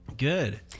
Good